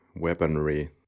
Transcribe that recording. weaponry